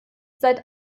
seit